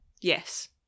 Yes